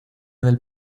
del